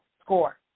score